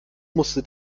musste